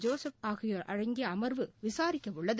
Joseph ஆகியோரடங்கியஅமர்வு விசாரிக்கஉள்ளது